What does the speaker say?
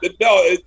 no